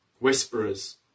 whisperers